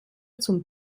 zum